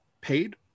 paid